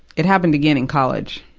it happened again in college.